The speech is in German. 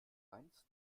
weinst